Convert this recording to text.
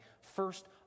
First